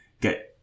get